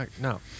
no